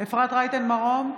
אפרת רייטן מרום,